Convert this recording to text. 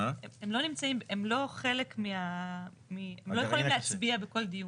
הם לא יכולים להצביע בכל דיון.